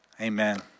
Amen